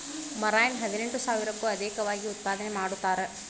marine ಹದಿನೆಂಟು ಸಾವಿರಕ್ಕೂ ಅದೇಕವಾಗಿ ಉತ್ಪಾದನೆ ಮಾಡತಾರ